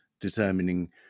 determining